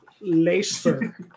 Laser